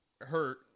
hurt